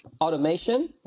automation